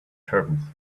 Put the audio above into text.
turbans